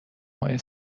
های